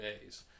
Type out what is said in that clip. days